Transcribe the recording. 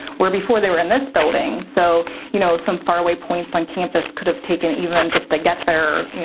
where before, they were in this building, so you know some faraway points on campus could have taken even just to get there,